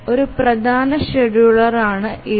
ഒരു പ്രധാന ഷെഡ്യൂളറാണ് EDF